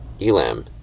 Elam